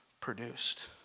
produced